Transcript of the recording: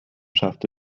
schaffte